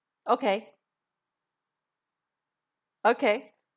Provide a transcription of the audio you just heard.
okay okay